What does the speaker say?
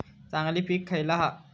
चांगली पीक खयला हा?